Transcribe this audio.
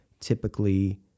Typically